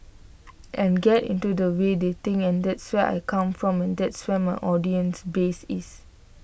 and get into the way they think and that's where I come from and that's where my audience base is